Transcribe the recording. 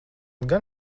gan